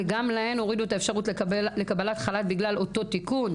וגם להן הורידו את האפשרות לקבלת חל"ת בגלל אותו תיקון.